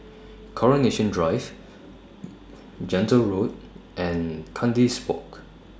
Coronation Drive Gentle Road and Kandis Walk